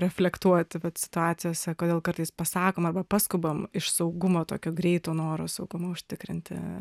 reflektuoti bet situacijose kodėl kartais pasakoma arba paskubam iš saugumo tokio greito noro saugumo užtikrinti